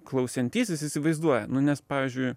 klausiantysis įsivaizduoja nu nes pavyzdžiui